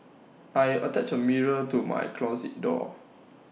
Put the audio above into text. I attached A mirror to my closet door